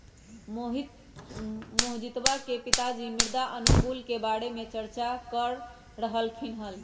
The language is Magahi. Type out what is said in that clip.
मोहजीतवा के पिताजी मृदा अनुकूलक के बारे में चर्चा कर रहल खिन हल